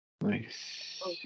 Nice